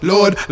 Lord